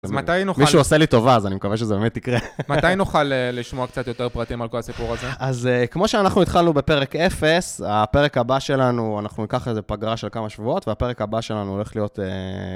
מישהו עושה לי טובה, אז אני מקווה שזה באמת יקרה. מתי נוכל לשמוע קצת יותר פרטים על כל הסיפור הזה? אז כמו שאנחנו התחלנו בפרק 0, הפרק הבא שלנו, אנחנו ניקח איזה פגרה של כמה שבועות, והפרק הבא שלנו הולך להיות...